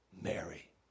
Mary